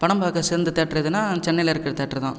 படம் பார்க்க சிறந்த தேட்டர் எதுன்னா சென்னையில் இருக்கிற தேட்டர் தான்